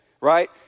right